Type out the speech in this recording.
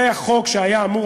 זה היה חוק שהיה אמור,